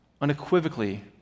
unequivocally